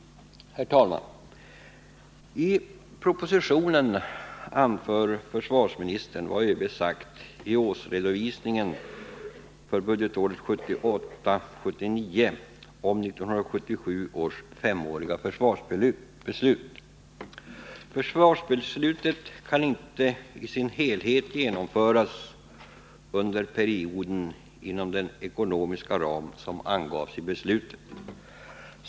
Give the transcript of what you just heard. Herr talman! I propositionen anför försvarsministern vad ÖB i årsredovisningen för budgetåret 1978/79 sagt om 1977 års femårsbeslut avseende försvaret. Försvarsbeslutet kan inte i sin helhet genomföras under perioden inom den ekonomiska ram som angavs i beslutet.